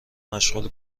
مشغول